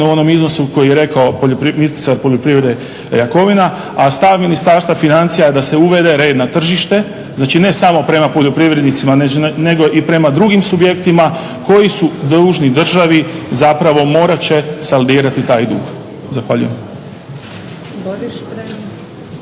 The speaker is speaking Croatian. u onom iznosu koji je rekao ministar poljoprivrede Jakovina. A stav Ministarstva financija je da se uvede red na tržište znači ne samo prema poljoprivrednicima nego i prema drugim subjektima koji su dužni državi zapravo morat će saldirati taj dug. Zahvaljujem.